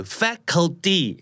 faculty